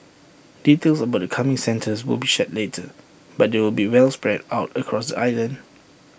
details about the coming centres will be shared later but they will be well spread out across island